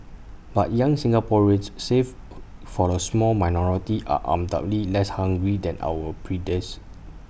but young Singaporeans save for A small minority are undoubtedly less hungry than our